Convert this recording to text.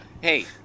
Hey